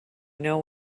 know